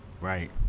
Right